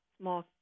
small